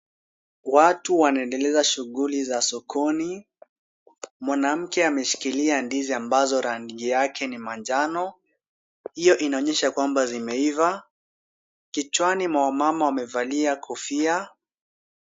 Watu wanaendeleza shughuli za sokoni. Mwanamke ameshikilia ndizi ambazo rangi yake ni manjano. Hiyo inaonyesha kwamba zimeiva. Kichwani mwa wamama wamevalia kofia.